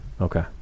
Okay